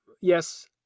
Yes